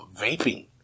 vaping